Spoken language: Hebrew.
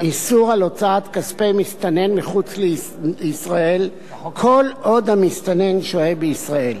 איסור הוצאת כספי מסתנן מחוץ לישראל כל עוד המסתנן שוהה בישראל.